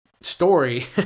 story